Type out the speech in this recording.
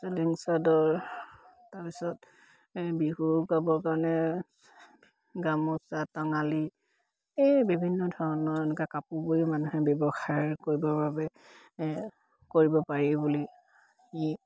চেলেং চাদৰ তাৰপিছত বিহু গাবৰ কাৰণে গামোচা টঙালী এই বিভিন্ন ধৰণৰ এনেকা কাপোৰ বৈ মানুহে ব্যৱসায় কৰিবৰ বাবে কৰিব পাৰি বুলি